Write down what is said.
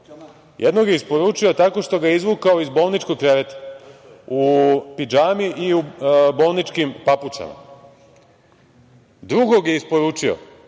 jednog isporučio tako što ga je izvukao iz bolničkog kreveta, u pidžami i u bolničkim papučama. Drugog je isporučio